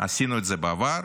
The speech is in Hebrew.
עשינו את זה בעבר,